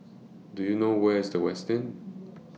Do YOU know Where IS The Westin